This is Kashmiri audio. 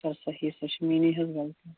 سَر صحٔی سۄ چھِ میٛٲنی حظ غَلطی